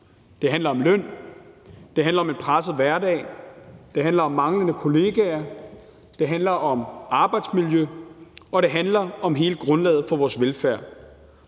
Det handler om løn, det handler om en presset hverdag, det handler om manglende kollegaer, det handler om arbejdsmiljø, og det handler om hele grundlaget for vores velfærd.